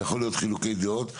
יכולים להיות חילוקי דעות.